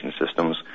systems